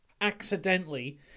accidentally